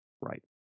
Right